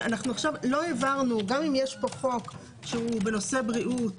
גם אם יש פה חוק שהוא בנושא בריאות,